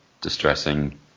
distressing